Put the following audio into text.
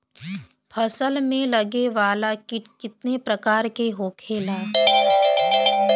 फसल में लगे वाला कीट कितने प्रकार के होखेला?